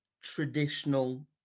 Traditional